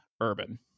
urban